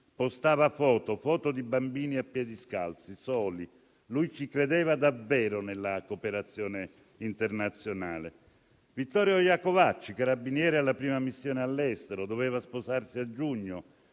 Postava foto di bambini a piedi scalzi, soli. Lui ci credeva davvero nella cooperazione internazionale. Vittorio Iacovacci, carabiniere alla prima missione all'estero, doveva sposarsi a giugno.